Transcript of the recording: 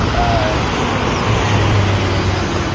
it's been like twenty years. i could sell these types.